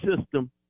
system